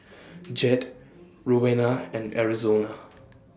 Jed Rowena and Arizona